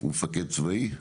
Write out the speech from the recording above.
הוא מפקד צבאי?